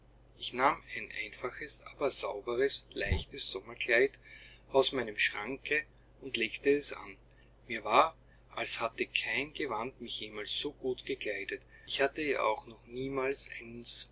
ich nahm ein einfaches aber sauberes leichtes sommerkleid aus meinem schranke und legte es an mir war als hätte kein gewand mich jemals so gut gekleidet ich hatte ja auch noch niemals eins